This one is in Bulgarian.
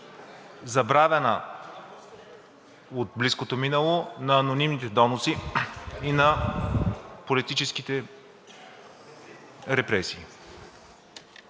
забравена от близкото минало, на анонимните доноси и на политическите репресии?